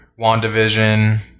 WandaVision